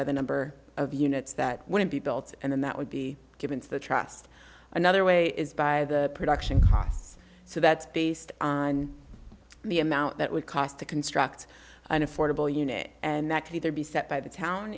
by the number of units that would be built and then that would be given to the trust another way is by the production costs so that's based on the amount that would cost to construct an affordable unit and that can either be set by the town